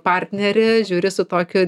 partnerį žiūri su tokiu